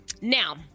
Now